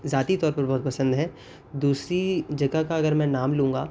ذاتی طور پر بہت پسند ہے دوسری جگہ کا اگر میں نام لوں گا